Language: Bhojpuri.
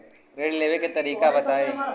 ऋण लेवे के तरीका बताई?